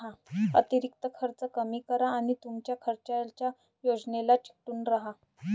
अतिरिक्त खर्च कमी करा आणि तुमच्या खर्चाच्या योजनेला चिकटून राहा